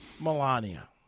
Melania